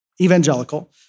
evangelical